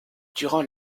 durant